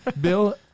Bill